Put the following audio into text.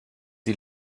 die